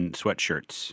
sweatshirts